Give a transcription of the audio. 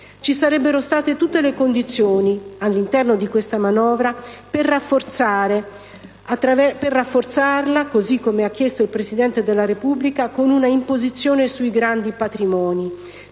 Ci sarebbero state tutte le condizioni per rafforzare questa manovra, così come ha chiesto il Presidente della Repubblica, con una imposizione sui grandi patrimoni.